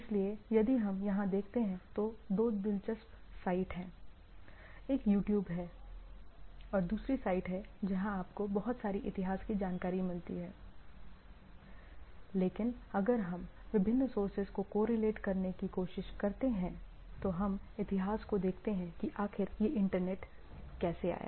इसलिए यदि हम यहां देखते हैं तो दो दिलचस्प साइट हैं एक YouTube है और दूसरी साइट है जहां आपको बहुत सारी इतिहास की जानकारी मिलती है लेकिन अगर हम विभिन्न सोर्सेज से कोरिलेट करने की कोशिश करते हैं तो हम इतिहास को देखते हैं कि आखिर यह इंटरनेट कैसे आया